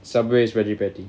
Subway has veggie patty